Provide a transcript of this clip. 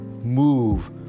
move